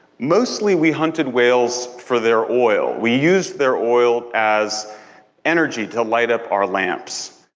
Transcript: mostly we hunted whales for their oil. we used their oil as energy to light up our lamps.